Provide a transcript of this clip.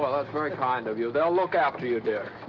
that's very kind of you. they'll look after you, dear.